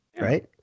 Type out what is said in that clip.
right